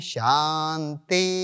Shanti